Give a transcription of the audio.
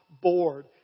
bored